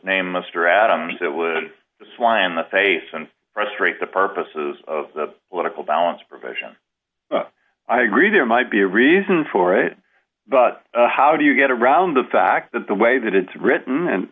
name mr adams that would slam the face and frustrate the purposes of the political balance provision i agree there might be a reason for it but how do you get around the fact that the way that it's written and